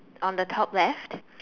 on the top left